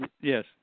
Yes